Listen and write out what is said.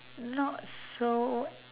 not so